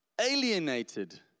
alienated